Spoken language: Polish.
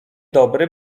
dobry